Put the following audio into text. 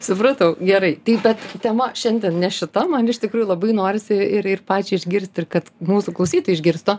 supratau gerai tai bet tema šiandien ne šita man iš tikrųjų labai norisi ir ir pačiai išgirsti ir kad mūsų klausytojai išgirstų